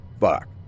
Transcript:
Fuck